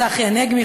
צחי הנגבי,